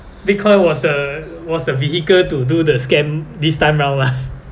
bitcoin was the was the vehicle to do the scam this time round lah